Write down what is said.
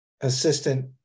Assistant